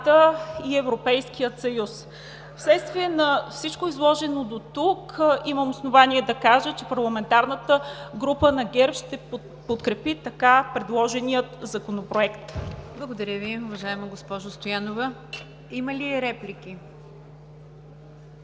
и Европейския съюз. Вследствие на всичко изложено дотук, имам основание да кажа, че парламентарната група на ГЕРБ ще подкрепи така предложения законопроект. ПРЕДСЕДАТЕЛ НИГЯР ДЖАФЕР: Благодаря Ви, уважаема госпожо Стоянова. Има ли реплики?